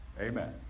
Amen